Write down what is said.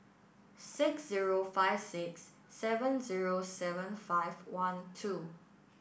six zero five six seven zero seven five one two